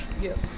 Yes